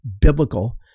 biblical